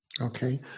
Okay